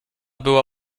była